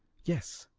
yes,